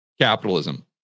capitalism